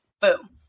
Boom